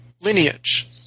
lineage